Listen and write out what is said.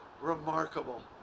remarkable